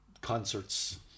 concerts